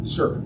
Sir